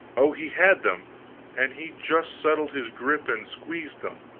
oh, he had them and he just settled his grip and squeezed them.